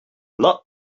not